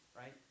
Right